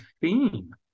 theme